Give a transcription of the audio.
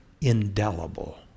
indelible